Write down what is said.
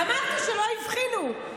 אמרתי שלא הבחינו.